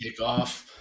kickoff